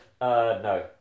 no